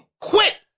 quit